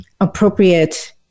appropriate